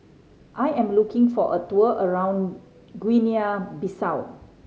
I am looking for a tour around Guinea Bissau